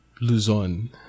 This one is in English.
Luzon